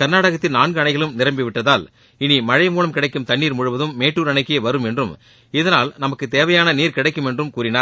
கள்நாடகத்தில் நான்கு அணையை அனைகளும் நிரம்பிவிட்டதால் இனி மழை மூலம் கிடைக்கும் தண்ணீர் முழுவதும் மேட்டுர் அணைக்கே வரும் என்றும் இதனால் நமக்கு தேவையான நீர் கிடைக்கும் என்றும் கூறினார்